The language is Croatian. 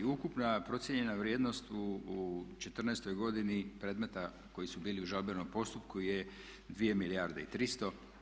Ukupna procijenjena vrijednost u '14. godini predmeta koji su bili u žalbenom postupku je 2 milijarde i 300.